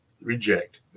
reject